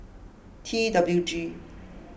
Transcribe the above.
T W G